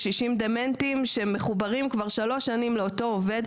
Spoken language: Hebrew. קשישים דמנטיים שמחוברים כבר שלוש שנים לאותו עובד,